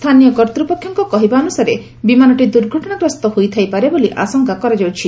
ସ୍ଥାନୀୟ କର୍ତ୍ତୃପକ୍ଷଙ୍କ କହିବା ଅନୁସାରେ ବିମାନଟି ଦୁର୍ଘଟଣାଗ୍ରସ୍ତ ହୋଇଥାଇପାରେ ବୋଲି ଆଶଙ୍କା କରାଯାଉଛି